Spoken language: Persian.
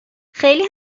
خیلی